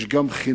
יש גם חינוך,